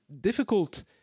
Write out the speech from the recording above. difficult